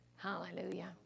Hallelujah